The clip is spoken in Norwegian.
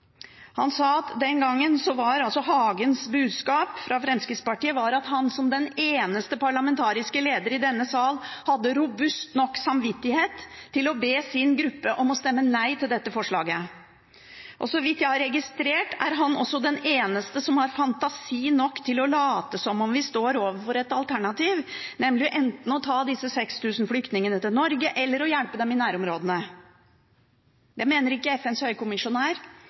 Fremskrittspartiet at han «som den eneste parlamentariske leder i denne sal» hadde «robust nok samvittighet til å be sin gruppe om å stemme nei til dette forslaget. Og så vidt jeg har registrert, er han også den eneste som har fantasi nok til å late som om vi står overfor et alternativ: enten å ta disse 6 000 flyktningene til Norge, eller å hjelpe flyktninger i nærområdene. Det mener ikke FNs